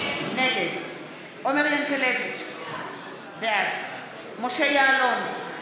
נגד עומר ינקלביץ' בעד משה יעלון,